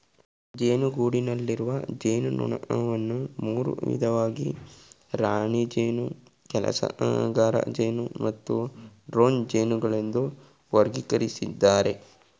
ಜೇನುಗೂಡಿನಲ್ಲಿರುವ ಜೇನುನೊಣವನ್ನು ಮೂರು ವಿಧವಾಗಿ ರಾಣಿ ಜೇನು ಕೆಲಸಗಾರಜೇನು ಮತ್ತು ಡ್ರೋನ್ ಜೇನುಗಳೆಂದು ವರ್ಗಕರಿಸಿದ್ದಾರೆ